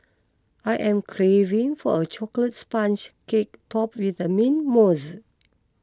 I am craving for a Chocolate Sponge Cake top with the Mint Mousse